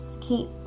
keep